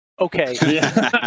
Okay